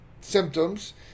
symptoms